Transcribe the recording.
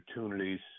opportunities